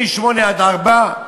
מ-08:00 עד 16:00,